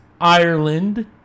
Ireland